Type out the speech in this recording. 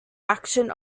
action